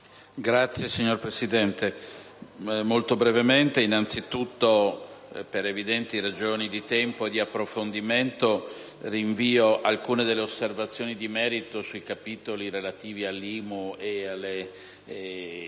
finanze*. Signor Presidente, innanzitutto, per evidenti ragioni di tempo e di approfondimento, rinvio alcune osservazioni di merito sui capitoli relativi all'IMU e alle